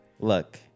Look